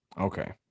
Okay